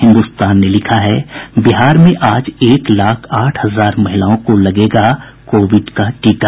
हिन्दुस्तान ने लिखा है बिहार में आज एक लाख आठ हजार महिलाओं को लगेगा कोविड का टीका